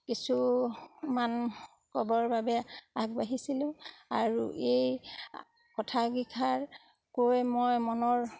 কিছুমান ক'বৰ বাবে আগবাঢ়িছিলোঁ আৰু এই কথা কেইষাৰ কৈ মই মনৰ